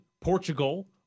Portugal